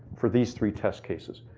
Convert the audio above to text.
for these three test cases,